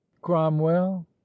cromwell